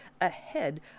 ahead